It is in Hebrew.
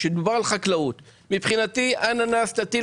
מבחינתי תטיל